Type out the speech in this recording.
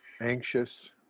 Anxious